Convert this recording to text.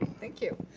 thank you.